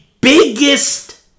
biggest